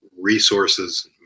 resources